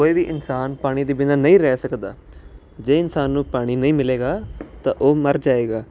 ਕੋਈ ਵੀ ਇਨਸਾਨ ਪਾਣੀ ਦੇ ਬਿਨਾਂ ਨਹੀਂ ਰਹਿ ਸਕਦਾ ਜੇ ਇਨਸਾਨ ਨੂੰ ਪਾਣੀ ਨਹੀਂ ਮਿਲੇਗਾ ਤਾਂ ਉਹ ਮਰ ਜਾਵੇਗਾ